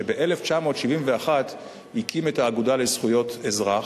שב-1971 הקים את האגודה לזכויות האזרח.